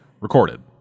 recorded